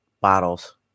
bottles